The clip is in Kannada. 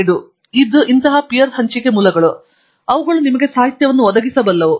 ಇದು ಇಂತಹ ಪೀರ್ ಹಂಚಿಕೆ ಮೂಲಗಳು ಅವುಗಳು ಕೆಲವು ಸಾಹಿತ್ಯವನ್ನು ಒದಗಿಸಬಲ್ಲವು